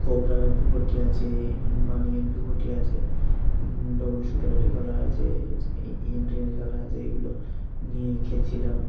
cobra MP forty আছে Bunny MP forty আছে double শুটারের গালা আছে এ এম টেনের গালা আছে এগুলো নিয়ে খেলছিলাম